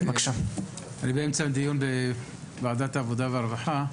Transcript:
אני באמצע דיון בוועדת העבודה והרווחה,